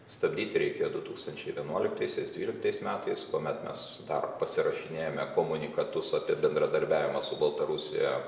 stabdyti reikėjo du tūkstančiai vienuoliktaisiais dvyliktais metais kuomet mes dar pasirašinėjome komunikatus apie bendradarbiavimą su baltarusija